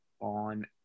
on